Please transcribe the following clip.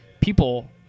people